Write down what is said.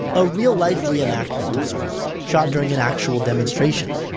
a real-life reenactment of sorts, shot during an actual demonstration.